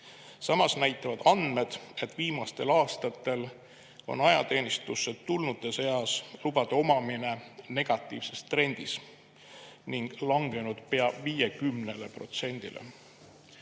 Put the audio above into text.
Samas näitavad andmed, et viimastel aastatel on ajateenistusse tulnute seas lubade omamine negatiivses trendis, see on langenud pea 50%‑le.